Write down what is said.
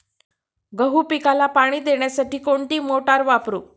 गहू पिकाला पाणी देण्यासाठी कोणती मोटार वापरू?